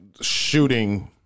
Shooting